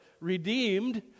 redeemed